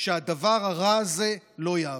שהדבר הרע הזה לא יעבור.